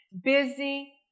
Busy